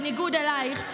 בניגוד אלייך,